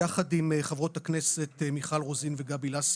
יחד עם חברות הכנסת מיכל רוזין וגבי לסקי,